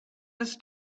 this